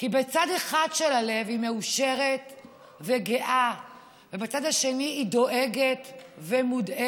כי בצד אחד של הלב היא מאושרת וגאה ובצד השני היא דואגת ומודאגת.